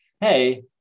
hey